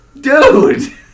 dude